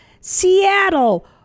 seattle